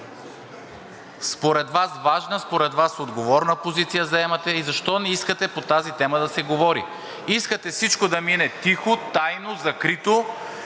Според Вас важна, според Вас отговорна позиция заемате и защо не искате по тази тема да се говори? Искате всичко да мине тихо, тайно, закрито